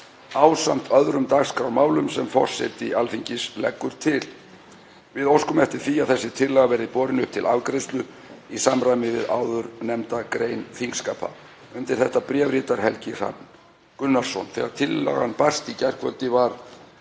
ásamt öðrum dagskrármálum sem forseti Alþingis leggur til. Við óskum eftir því að þessi tillaga verði borin upp til afgreiðslu í samræmi við áðurnefnda grein þingskapa.“ Undir þetta bréf ritar Helgi Hrafn Gunnarsson. Þegar tillagan barst í gærkvöldi var